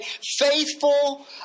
faithful